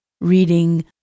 reading